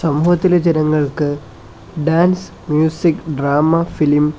സമൂഹത്തിലെ ജനങ്ങൾക്ക് dance music drama film